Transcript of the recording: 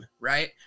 right